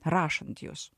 rašant jus